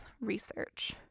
research